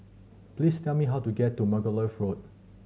please tell me how to get to Margoliouth Road